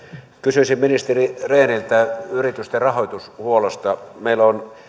kysyisin ministeri rehniltä yritysten rahoitushuollosta meillä on